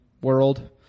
world